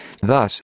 Thus